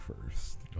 first